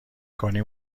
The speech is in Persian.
کنی